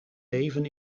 leven